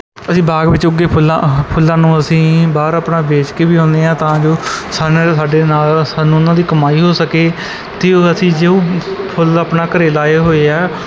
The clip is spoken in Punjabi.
ਅਸੀਂ ਬਾਗ ਵਿੱਚ ਉੱਗੇ ਫੁੱਲਾਂ ਫੁੱਲਾਂ ਨੂੰ ਅਸੀਂ ਬਾਹਰ ਆਪਣਾ ਵੇਚ ਕੇ ਵੀ ਆਉਂਦੇ ਹਾਂ ਤਾਂ ਜੋ ਸਾਨੂੰ ਸਾਡੇ ਨਾਲ ਸਾਨੂੰ ਉਹਨਾਂ ਦੀ ਕਮਾਈ ਹੋ ਸਕੇ ਅਤੇ ਅਸੀਂ ਜੋ ਫੁੱਲ ਆਪਣਾ ਘਰੇ ਲਾਏ ਹੋਏ ਆ